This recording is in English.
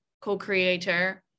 co-creator